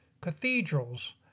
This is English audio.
cathedrals